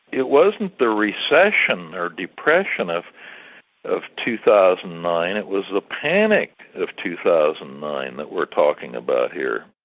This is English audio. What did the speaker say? it wasn't the recession or depression of of two thousand and nine it was the panic of two thousand and nine that we're talking about here.